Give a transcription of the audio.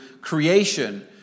creation